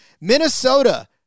Minnesota